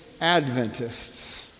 Adventists